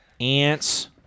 ants